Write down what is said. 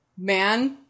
man